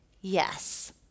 yes